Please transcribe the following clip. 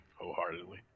wholeheartedly